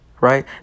Right